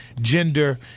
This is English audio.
gender